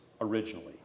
originally